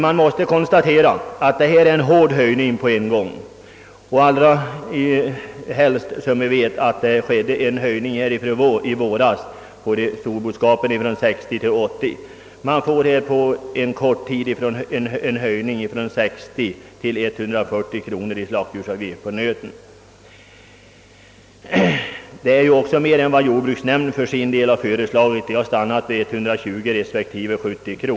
Det måste konstateras att det är en hård höjning på en gång, allra helst som slaktdjursavgifterna i våras höjdes från 60 till 80 kronor för storboskap. På kort tid höjes slaktdjursavgifterna sålunda från 60 till 140 kronor för äldre nötkreatur. Det är mer än vad jordbruksnämnden har föreslagit. Den har stannat vid en höjning till 120 respektive 70 kronor.